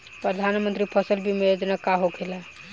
प्रधानमंत्री फसल बीमा योजना का होखेला?